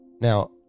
now